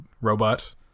robot